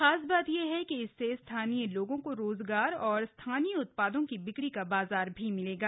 खास बात यह है कि इससे स्थानीय लोगों को रोजगार और स्थानीय उत्पादों की बिक्री का बाजार भी मिलेगा